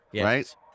right